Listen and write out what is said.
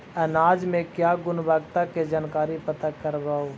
अनाज मे क्या गुणवत्ता के जानकारी पता करबाय?